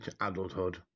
adulthood